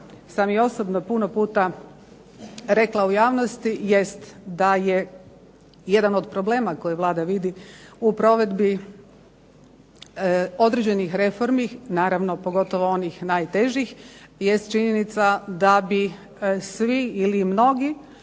sam i osobno puno puta rekla u javnosti jest da je jedan od problema koje Vlada vidi u provedbi određenih reformi, naravno pogotovo onih najtežih jest činjenica da bi svi ili mnogi